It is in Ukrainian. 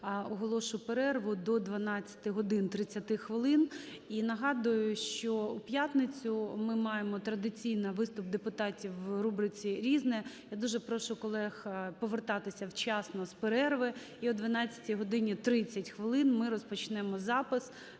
оголошу перерву до 12 години 30 хвилин. І нагадую, що в п'ятницю ми маємо традиційно виступ депутатів у рубриці "Різне". Я дуже прошу колег повертатися вчасно з перерви, і о 12 годині 30 хвилин ми розпочнемо запис